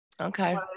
okay